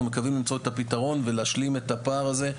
מקווים למצוא את הפתרון ולהשלים את הפער הזה,